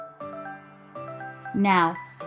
Now